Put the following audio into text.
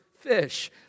fish